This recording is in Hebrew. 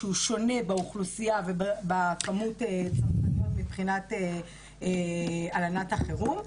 שהוא שונה באוכלוסייה ובכמות הצרכניות מבחינת הלנת החירום.